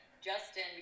Justin